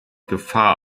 gefahr